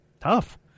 Tough